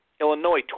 Illinois